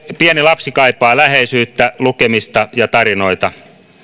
pieni lapsi kaipaa läheisyyttä lukemista ja tarinoita